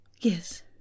Yes